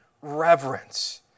reverence